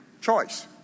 choice